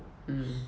mm